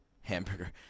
hamburger